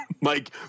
Mike